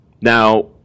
Now